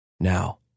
now